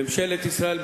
ממשלת ישראל,